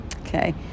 Okay